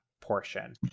portion